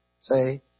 Say